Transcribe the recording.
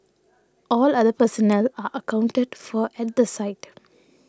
all other personnel are accounted for at the site